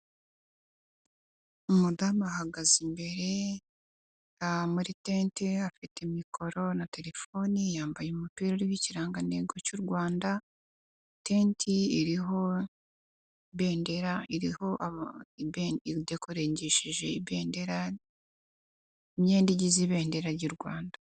Umudamu ahagaze imbere muri tente, afite mikoro na telefoni yambaye umupira uriho ikirangantego cy' u Rwanda, tente idekoresheje imyenda igize ibendera ry'u rwanda.